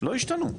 לא השתנו.